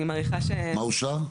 מה אושר?